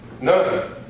None